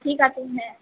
ঠিক আছে হ্য়াঁ